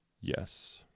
Yes